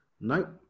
Nope